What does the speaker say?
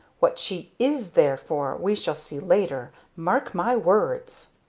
what she is there for we shall see later! mark my words!